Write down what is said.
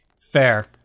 Fair